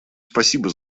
спасибо